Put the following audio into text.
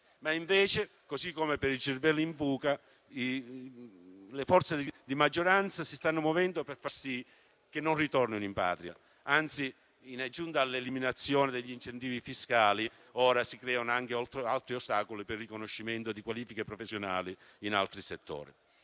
Invece, così come per i cervelli in fuga, le forze di maggioranza si stanno muovendo per far sì che non ritornino in patria; anzi, in aggiunta all'eliminazione degli incentivi fiscali, ora si creano anche altri ostacoli per il riconoscimento di qualifiche professionali in altri settori.